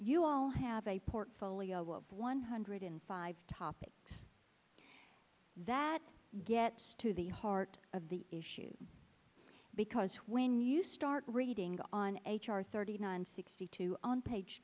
you all have a portfolio of one hundred and five topics that get to the heart of the issue because when you start reading on h r thirty nine sixty two on page